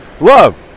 love